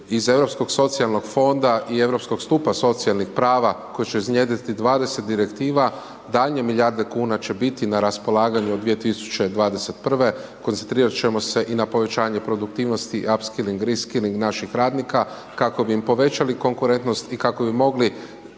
Iz Europskog socijalnog fonda i Europskog stupa socijalnih prava koji će iznjedriti 20 direktiva daljnje milijarde kuna će biti na raspolaganju od 2021., koncentrirati ćemo se i na povećanje produktivnosti i upskilling griskilling naših radnika kako bi im povećali konkurentnost i kako bi mogli